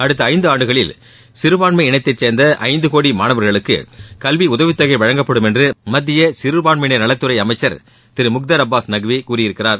அடுத்த ஐந்தாண்டுகளில் சிறுபான்மை இனத்தை சேர்ந்த ஐந்து கோடி மாணவர்களுக்கு கல்வி உதவித் தொகை வழங்கப்படும் என்று மத்திய சிறுபான்மையினர் நலத்துறை அமைச்சர் திரு முக்தார் அப்பாஸ் நக்வி கூறியிருக்கிறார்